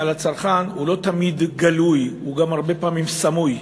והוא לא תמיד גלוי והוא גם הרבה פעמים סמוי,